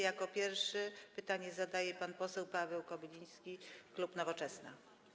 Jako pierwszy pytanie zadaje pan poseł Paweł Kobyliński, klub Nowoczesna.